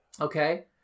okay